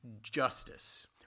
justice